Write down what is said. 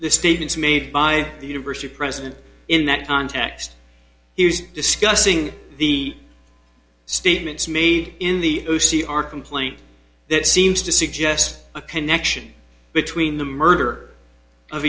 the statements made by the university president in that context he was discussing the statements made in the our complaint that seems to suggest a connection between the murder of